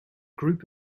group